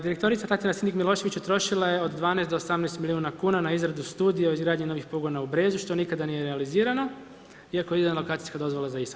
Direktorica Tatjana Sindik Milošević trošila je od 12-18 milijuna kuna, na izradu studija, o izgradnju novih pogona u Brezju, što nikada nije realizirano, iako je izdana lokacijska dozvola za isto.